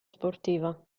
sportiva